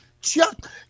Chuck